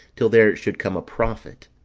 till there should come a prophet,